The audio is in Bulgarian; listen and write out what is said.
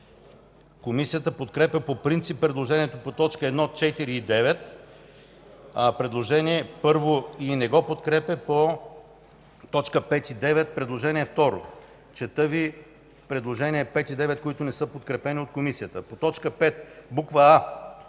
Комисията подкрепя по принцип предложението по т. 1, 4 и 9, предложение първо и не го подкрепя по т. 5 и 9, предложение второ. Чета Ви предложение 5 и 9, които не са подкрепени от Комисията: „По т. 5, буква